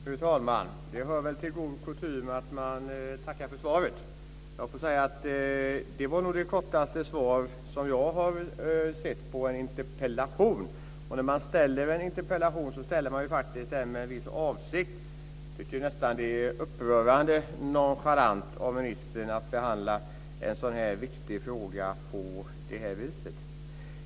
Fru talman! Det hör väl till god ton att man tackar för svaret. Det var väl det kortaste svar som jag har sett på en interpellation. När man ställer en interpellation gör man det med en viss avsikt. Jag tycker att det är nästan upprörande nonchalant att behandla en så viktig fråga på det här viset.